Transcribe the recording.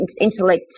intellect